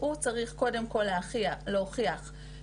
הוא זה שצריך קודם כל להוכיח שהפיטורין